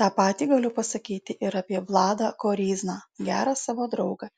tą patį galiu pasakyti ir apie vladą koryzną gerą savo draugą